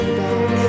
back